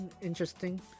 interesting